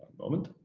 moment.